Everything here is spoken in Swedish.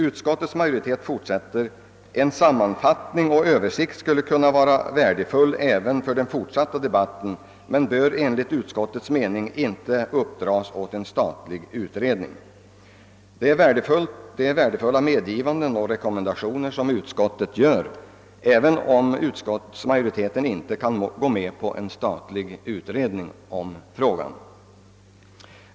Utskottets majoritet uttalar vidare: »En sammanfattning och översikt skulle kunna vara värdefull även för den fortsatta debatten men bör enligt utskottets mening inte uppdras åt en särskild statlig utredning.» Det är värdefulla medgivanden och rekommendationer som utskottet gör, även om utskottsmajoriteten inte kan gå med på en statlig utredning i år.